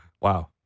Wow